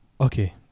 okay